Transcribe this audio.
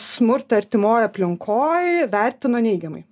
smurtą artimoj aplinkoj vertino neigiamai